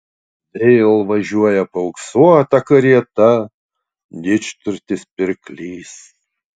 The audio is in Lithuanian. vėl važiuoja paauksuota karieta didžturtis pirklys